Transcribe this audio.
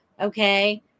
Okay